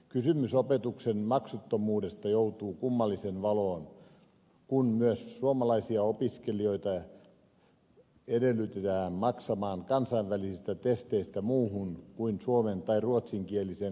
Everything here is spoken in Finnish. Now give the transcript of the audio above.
kysymys opetuksen maksuttomuudesta joutuu kummalliseen valoon kun myös suomalaisten opiskelijoiden edellytetään maksavan kansainvälisistä testeistä muuhun kuin suomen tai ruotsinkieliseen koulutusohjelmaan